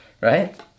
right